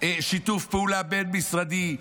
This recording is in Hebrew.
שיתוף פעולה בין-משרדי,